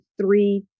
three